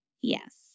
Yes